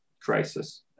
crisis